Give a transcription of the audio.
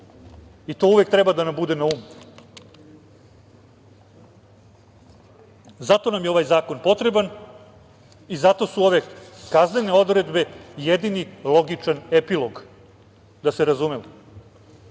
i to uvek treba da nam bude na umu. Zato nam je ovaj zakon potreban i zato su ove kaznene odredbe jedini logičan epilog, da se